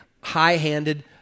high-handed